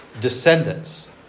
descendants